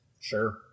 Sure